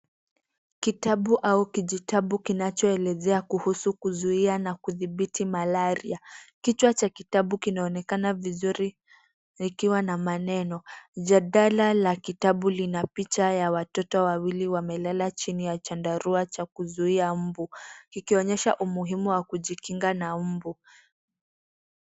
Kitabu au kijitabu kinachoelezea kuhusu kuzuia na kudhibiti malaria. Kichwa cha kitabu kinaonekana vizuri, likiwa na maneno. Jadala la kitabu Lina picha ya watoto wawili wamelala chini ya chandarua cha kuzuia mbu. Ikionyesha umuhimu wa kujikinga na mbu .